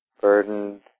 burdened